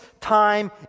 time